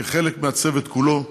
כחלק מהצוות כולו,